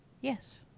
Yes